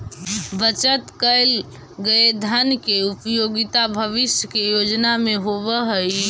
बचत कैल गए धन के उपयोगिता भविष्य के योजना में होवऽ हई